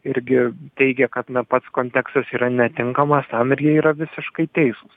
irgi teigė kad na pats kontekstas yra netinkamas tam ir jie yra visiškai teisūs